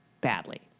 badly